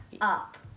up